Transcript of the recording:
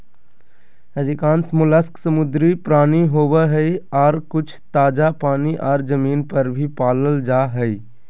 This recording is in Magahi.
अधिकांश मोलस्क समुद्री प्राणी होवई हई, आर कुछ ताजा पानी आर जमीन पर भी पाल जा हई